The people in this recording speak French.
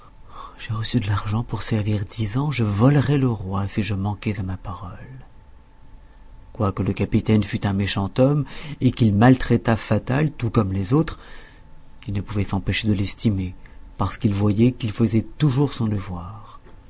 j'ai reçu de l'argent pour servir dix ans je volerais le roi si je manquais à ma parole quoique le capitaine fût un méchant homme et qu'il maltraitât fatal tout comme les autres il ne pouvait s'empêcher de l'estimer